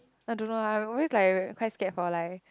I don't know lah always like I quite scared for like